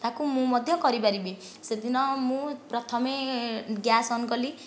ତାକୁ ମୁଁ ମଧ୍ୟ କରିପାରିବି ସେଦିନ ମୁଁ ପ୍ରଥମେ ଗ୍ୟାସ୍ ଅନ୍ କଲି